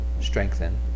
strengthen